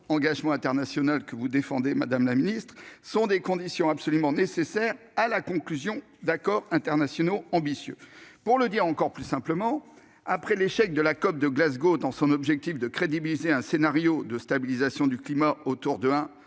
engagement international que vous défendez, madame la secrétaire d'État, est une condition absolument nécessaire à la conclusion d'accords internationaux ambitieux. Pour le dire encore plus simplement, après l'échec de la COP26 de Glasgow dans son objectif de crédibiliser un scénario de stabilisation du climat autour d'une